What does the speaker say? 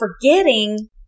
forgetting